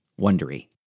Wondery